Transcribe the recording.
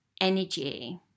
energy